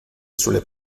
sulle